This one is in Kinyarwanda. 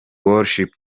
worship